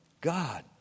God